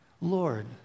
Lord